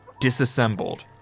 disassembled